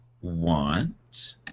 want